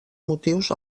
motius